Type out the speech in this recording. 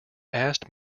asked